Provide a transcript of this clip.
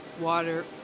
water